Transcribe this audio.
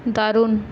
দারুন